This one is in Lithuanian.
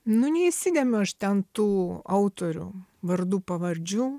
nu neįsidėmiu aš ten tų autorių vardų pavardžių